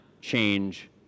change